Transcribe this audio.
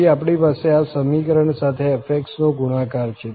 પછી આપણી પાસે આ સમીકરણ સાથે f નો ગુણાકાર છે